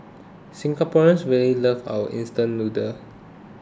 Singaporeans really love our instant noodles